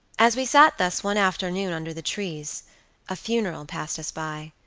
as we sat thus one afternoon under the trees a funeral passed us by.